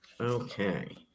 Okay